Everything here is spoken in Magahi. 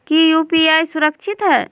की यू.पी.आई सुरक्षित है?